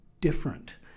different